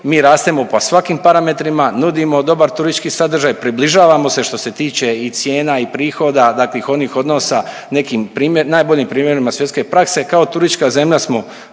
mi rastemo po svakim parametrima, nudimo dobar turistički sadržaj, približavamo se što se tiče i cijena i prihoda, dakle onih odnosa, nekim primjer…, najboljim primjerima svjetske prakse. Kao turistička zemlja smo